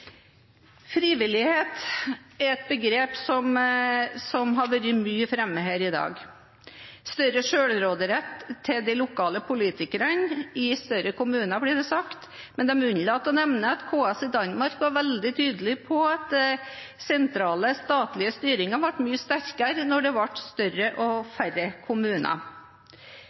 Frivillighet er et begrep som har vært mye framme her i dag. Større selvråderett til de lokale politikerne i større kommuner, blir det sagt, men de unnlater å nevne at KS i Danmark var veldig tydelige på at den sentrale, statlige styringen ble mye sterkere da det ble større og færre kommuner.